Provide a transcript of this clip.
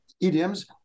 idioms